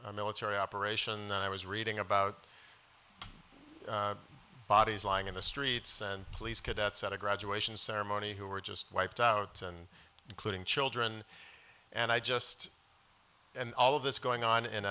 first military operation and i was reading about bodies lying in the streets and police cadets at a graduation ceremony who were just wiped out and including children and i just and all of this going on in